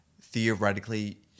theoretically